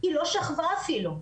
היא לא שכבה אפילו,